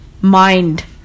mind